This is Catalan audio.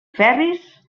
ferris